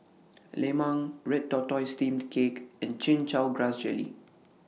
Lemang Red Tortoise Steamed Cake and Chin Chow Grass Jelly